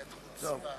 אני לא בטוח.